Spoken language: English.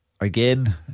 Again